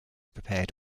prepared